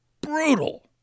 brutal